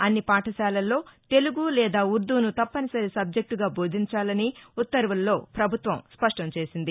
అన్ని పాఠశాలల్లో తెలుగు లేదా ఉర్దూను తప్పనిసరి సబ్జెక్టుగా బోధించాలని ఉత్తర్వుల్లో ప్రపభుత్వం స్పష్టం చేసింది